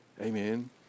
Amen